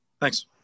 Thanks